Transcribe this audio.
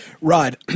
Rod